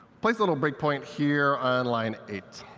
place a little breakpoint here on line eight,